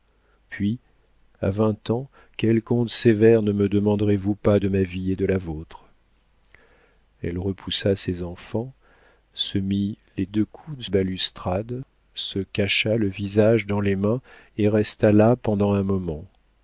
puis à vingt ans quel compte sévère ne me demanderez vous pas de ma vie et de la vôtre elle repoussa ses enfants se mit les deux coudes sur la balustrade se cacha le visage dans les mains et resta là pendant un moment